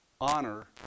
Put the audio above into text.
honor